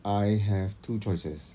I have two choices